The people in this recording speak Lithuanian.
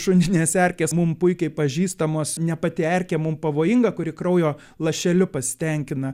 šuninės erkės mum puikiai pažįstamos ne pati erkė mum pavojinga kuri kraujo lašeliu pasitenkina